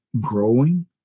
growing